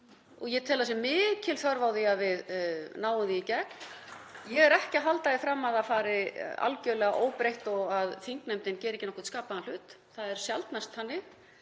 og ég tel að það sé mikil þörf á því að við náum því í gegn. Ég er ekki að halda því fram að það fari í gegn algjörlega óbreytt og að þingnefndin geri ekki nokkurn skapaðan hlut. Það er sjaldnast þannig,